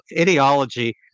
ideology